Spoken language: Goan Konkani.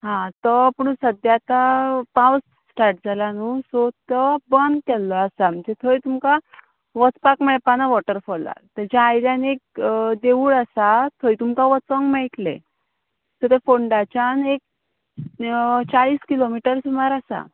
हा तो पुणू सद्या आतां पावस स्टार्ट जाला न्हू सो तो बंद केल्लो आसा म्हणजे थंय तुमकां वचपाक मेळपाना वॉटरफॉलार तेज्या आयल्यान एक देवूळ आसा थंय तुमकां वचोंक मेळटलें सो तो फोंडाच्यान एक चाळीस किलोमिटर सुमार आसा